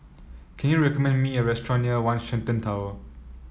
can you recommend me a restaurant near One Shenton Tower